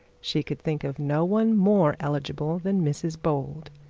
she could think of no one more eligible than mrs bold